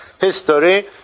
history